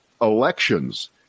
elections